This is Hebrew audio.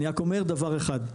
אני רק אומר דבר אחד,